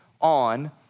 on